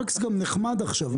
מקס גם נחמד עכשיו,